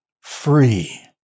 free